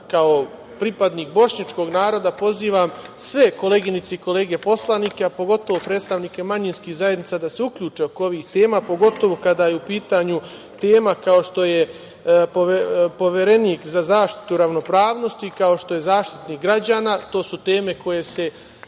kao pripadnik bošnjačkog naroda pozivam sve koleginice i kolege poslanike, a pogotovo predstavnike manjinskih zajednica da se uključe oko ovih tema, pogotovo kada je u pitanju tema kao što je Poverenik za zaštitu ravnopravnosti, kao što je Zaštitnik građana. To su teme koje se